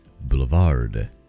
Boulevard